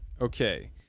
okay